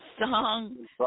song